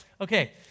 okay